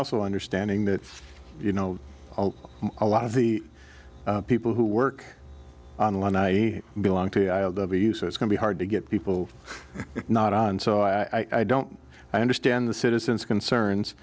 also understanding that you know a lot of the people who work online i belong to you so it's going to be hard to get people not on so i don't understand the citizens concerns